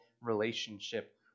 relationship